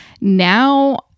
Now